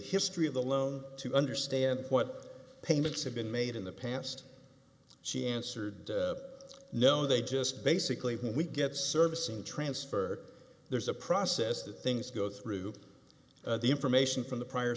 history of the loan to understand what payments have been made in the past she answered no they just basically we get service and transfer there's a process that things go through the information from the prior